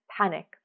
panic